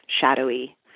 shadowy